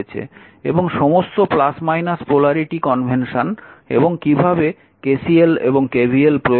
এবং সমস্ত polarity convention এবং কীভাবে KCL এবং KVL প্রয়োগ করতে হয়